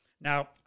Now